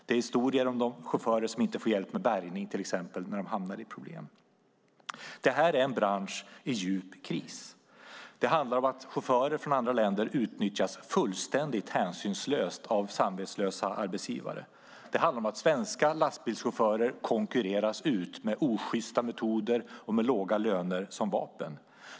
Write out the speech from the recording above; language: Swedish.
Det är historier om chaufförer som inte får hjälp med bärgning när de hamnar i problem, till exempel. Detta är en bransch i djup kris. Det handlar om att chaufförer från andra länder utnyttjas fullständigt hänsynslöst av samvetslösa arbetsgivare. Det handlar om att svenska lastbilschaufförer konkurreras ut med osjysta metoder och låga löner som vapen.